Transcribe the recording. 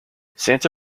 santa